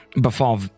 befall